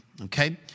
okay